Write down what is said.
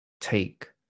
take